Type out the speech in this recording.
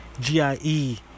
G-I-E